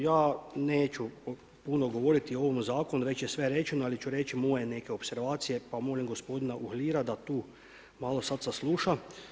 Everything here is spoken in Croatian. Ja neću puno govoriti o ovom zakonu već je sve rečeno, ali ću reći moje neke opservacije pa molim gospodina Uhlira da tu malo sada sasluša.